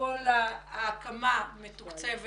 כל ההקמה מתוקצבת